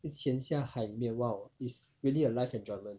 去潜下海里面 !wow! it's really a life enjoyment